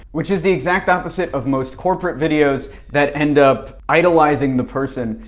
which is the exact opposite of most corporate videos that end up idolizing the person.